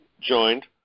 joined